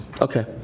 Okay